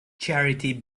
charity